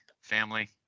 family